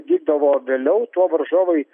vykdavo vėliau tuo varžovai